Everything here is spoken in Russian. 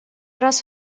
раз